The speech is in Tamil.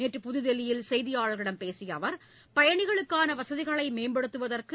நேற்று புதுதில்லியில் செய்தியாளர்களிடம் பேசிய அவர் பயணிகளுக்கான வசதிகளை மேம்படுத்துவதற்கு